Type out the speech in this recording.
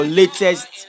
latest